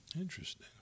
Interesting